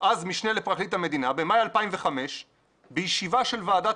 אז משנה לפרקליט המדינה במאי 2005 בישיבה של ועדת